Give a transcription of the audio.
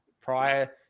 prior